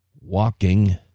Walking